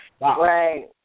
Right